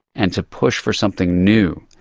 and to push for something new.